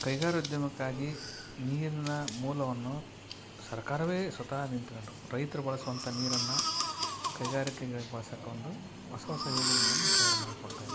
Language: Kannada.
ಕೈಗಾರ ಉದ್ಯಮಕ್ಕಾಗಿ ನೀರಿನ ಮೂಲವನ್ನು ಸರ್ಕಾರವೆ ಸ್ವತಃ ನಿಂತ್ಕೊಂಡು ರೈತರು ಬಳಸುವಂತ ನೀರನ್ನು ಕೈಗಾರಿಕೆಗೆ ಬಳಸಕ್ಕೊಂದು ಹೊಸ ಹೊಸ ಯೋಜನೆಗಳನ್ನು ತಯಾರು ಮಾಡಿ ಕೊಡ್ತಾಯಿದೆ